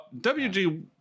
WG